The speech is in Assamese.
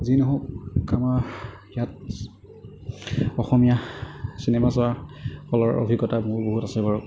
যি নহওঁক আমাৰ ইয়াত অসমীয়া চিনেমা চোৱা হলৰ অভিজ্ঞতা বহুত আছে বাৰু